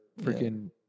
freaking